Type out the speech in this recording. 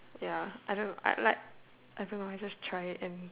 ya I don't know I like I don't know I just try it and